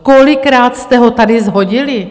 Kolikrát jste ho tady shodili.